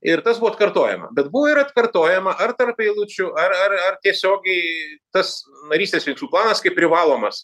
ir tas buvo arkartojama bet buvo ir atkartojama ar tarp eilučių ar ar ar tiesiogiai tas narystės veiksmų planas kaip privalomas